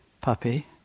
puppy